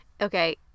Okay